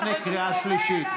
אזהרה לפני קריאה שלישית.